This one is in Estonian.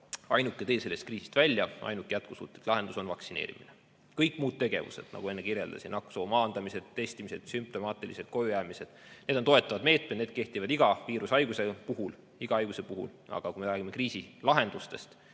Ainuke tee sellest kriisist välja, ainuke jätkusuutlik lahendus on vaktsineerimine. Kõik muud tegevused, nagu enne kirjeldasin, nakkusohu maandamine, testimine, sümptomaatilisel [põhjusel] kojujäämine, on toetavad meetmed, need kehtivad iga viirushaiguse puhul, iga haiguse puhul, aga kui me räägime kriisi lahendustest,